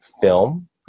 film